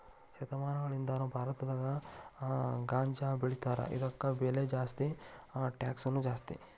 ಶತಮಾನಗಳಿಂದಾನು ಭಾರತದಾಗ ಗಾಂಜಾಬೆಳಿತಾರ ಇದಕ್ಕ ಬೆಲೆ ಜಾಸ್ತಿ ಟ್ಯಾಕ್ಸನು ಜಾಸ್ತಿ